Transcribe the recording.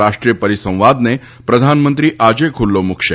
રાષ્ટ્રીય પરિસંવાદને આજે પ્રધાનમંત્રી ખુલ્લો મૂકશે